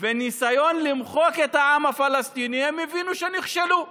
וניסיון למחוק את העם הפלסטיני, הם הבינו שנכשלו.